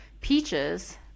Peaches